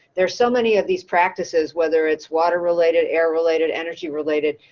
there are so many of these practices, whether it's water related, air related, energy related,